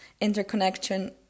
interconnection